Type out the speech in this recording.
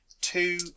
two